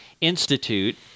Institute